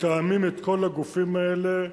מתאמים את כל הגופים האלה.